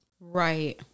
Right